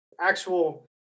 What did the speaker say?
actual